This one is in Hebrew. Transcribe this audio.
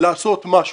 לעשות משהו.